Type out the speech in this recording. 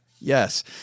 Yes